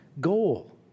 goal